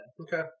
Okay